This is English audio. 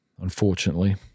unfortunately